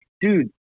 dude